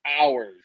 hours